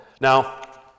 Now